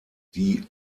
die